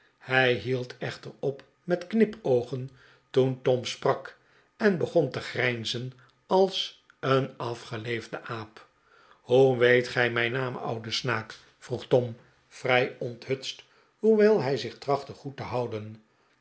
hij hield echter op met knipoogen toen tom sprak en begon te grijnzen als een afgeleefde aap hoe weet gij mijn naam oude snaak vroeg tom vrij onthutst hoewel hij zich trachtte goed te houden